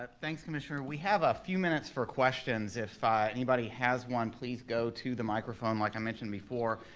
ah thanks commissioner, we have a few minutes for questions if anybody has one, please go to the microphone like i mentioned before.